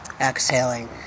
Exhaling